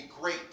great